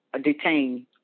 detained